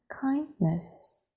kindness